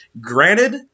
Granted